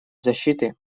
защиты